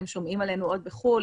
הם שומעים עלינו עוד בחו"ל,